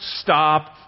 stop